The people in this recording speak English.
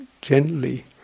gently